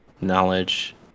knowledge